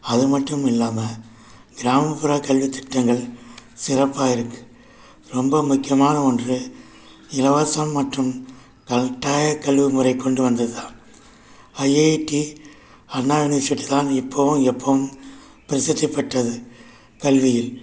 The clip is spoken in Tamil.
அதுமட்டும் இல்லாமல் கிராமப்புற கல்வித்திட்டங்கள் சிறப்பாக இருக்குது ரொம்ப முக்கியமான ஒன்று இலவசம் மற்றும் கட்டாய கல்வி முறை கொண்டுவந்தது தான் ஐஐடி அண்ணா யுனிவர்சிட்டிலாம் எப்போவும் எப்போவும் பிரசித்திப் பெற்றது கல்வியில்